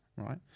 Right